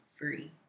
free